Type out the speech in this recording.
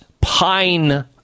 Pine